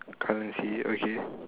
currency okay